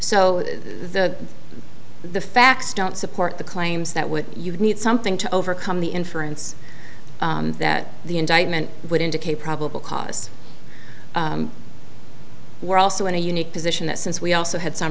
so the the facts don't support the claims that would you need something to overcome the inference that the indictment would indicate probable cause we're also in a unique position that since we also had